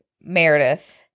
meredith